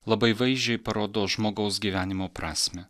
labai vaizdžiai parodo žmogaus gyvenimo prasmę